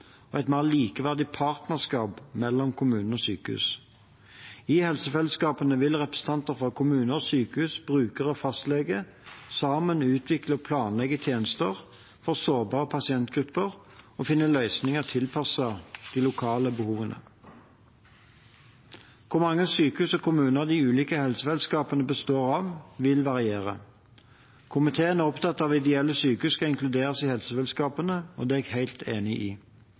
og omsorgstjeneste og et mer likeverdig partnerskap mellom kommuner og sykehus. I helsefellesskapene vil representanter fra kommuner og sykehus, brukere og fastlege sammen utvikle og planlegge tjenester for sårbare pasientgrupper og finne løsninger tilpasset de lokale behovene. Hvor mange sykehus og kommuner de ulike helsefellesskapene består av, vil variere. Komiteen er opptatt av at ideelle sykehus skal inkluderes i helsefellesskapene, og det er jeg helt enig i.